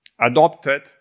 adopted